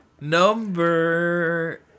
Number